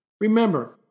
Remember